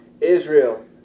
israel